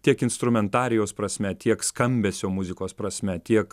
tiek instrumentarijaus prasme tiek skambesio muzikos prasme tiek